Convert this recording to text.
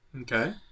Okay